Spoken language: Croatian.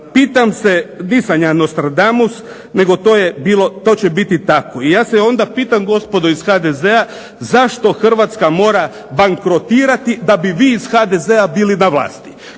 pitam, nisam ja Nostradamus, nego to će biti tako. I ja se pitam onda gospodo iz HDZ-a, zašto Hrvatska mora bankrotirati da bi vi iz HDZ-a bili na vlasti,